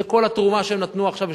זו כל התרומה שהם נתנו עכשיו.